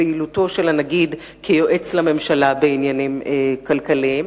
בפעילותו של הנגיד כיועץ לממשלה בעניינים כלכליים.